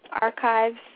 archives